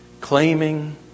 claiming